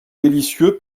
délicieux